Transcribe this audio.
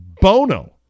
Bono